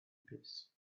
peace